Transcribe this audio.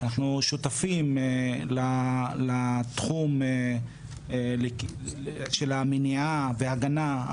אנחנו שותפים לתחום של המניעה והגנה,